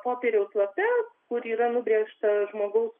popieriaus lape kur yra nubrėžta žmogaus